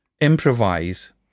improvise